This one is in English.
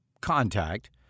contact